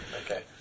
Okay